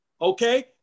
okay